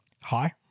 hi